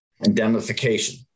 Indemnification